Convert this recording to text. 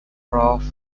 aircraft